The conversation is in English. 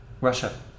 Russia